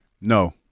No